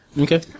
Okay